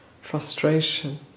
frustration